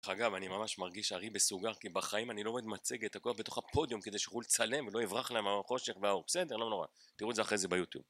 דרך אגב, אני ממש מרגיש ארי בסוגר, כי בחיים אני לא רואה(?) מצגת תקוע בתוך הפודיום כדי שיוכלו לצלם ולא יברח להם מהחושך והאור. בסדר, לא נורא. תראו את זה אחרי זה ביוטיוב.